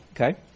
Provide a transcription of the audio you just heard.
Okay